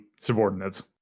subordinates